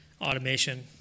Automation